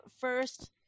first